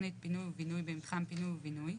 תכנית פינוי ובינוי במתחם פינוי ובינוי,